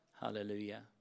Hallelujah